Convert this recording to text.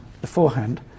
beforehand